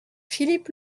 philippe